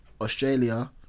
Australia